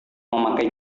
memakai